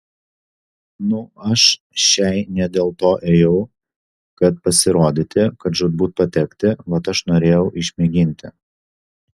nu aš šiai ne dėl to ėjau kad pasirodyti kad žūtbūt patekti vat aš norėjau išmėginti